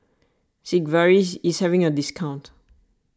Sigvaris is having a discount